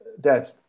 Dad